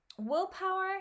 willpower